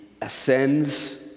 ascends